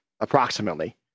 approximately